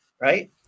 right